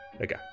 Okay